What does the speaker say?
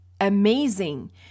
amazing